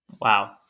Wow